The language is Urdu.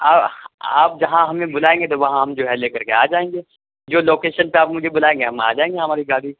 آپ جہاں ہمیں بلائیں گے تو وہاں ہم جو ہے لے کر کے آ جائیں گے جو لوکیشن پے آپ مجھے بلائیں گے ہم آجائیں گے ہماری گاڑی